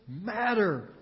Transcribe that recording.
matter